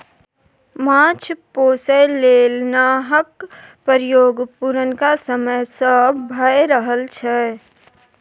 माछ पोसय लेल नाहक प्रयोग पुरनका समय सँ भए रहल छै